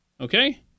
Okay